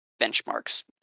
benchmarks